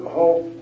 hope